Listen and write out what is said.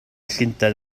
llundain